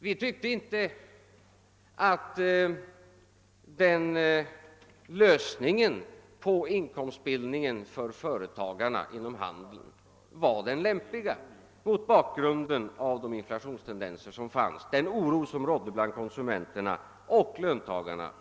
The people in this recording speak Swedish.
Vi tyckte inte att en sådan lösning på vinstbildningen för företagarna inom handeln var den lämpliga för framtiden mot bakgrund av de inflationstendenser som fanns och den oro som rådde bland konsumenterna och löntagarna.